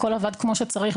הכול עבד כמו שצריך.